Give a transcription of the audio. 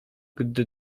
gdy